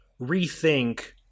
rethink